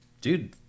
Dude